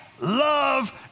love